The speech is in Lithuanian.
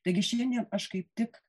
taigi šiandien aš kaip tik